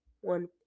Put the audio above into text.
one